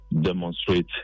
demonstrate